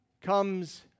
Comes